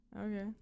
Okay